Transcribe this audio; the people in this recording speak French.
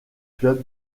club